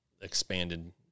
expanded –